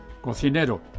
cocinero